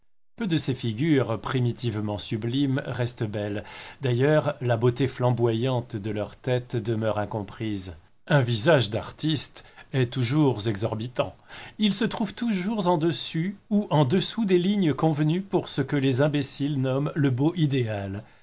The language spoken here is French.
peu de ces figures primitivement sublimes restent belles d'ailleurs la beauté flamboyante de leurs têtes demeure incomprise un visage d'artiste est toujours exorbitant il se trouve toujours en dessus ou en dessous des lignes convenues pour ce que les imbéciles nomment le beau idéal